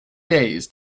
days